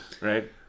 Right